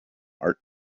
art